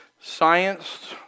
science